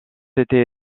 été